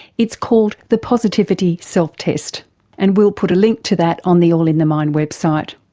it's called the positivity self-test. and we'll put a link to that on the all in the mind website.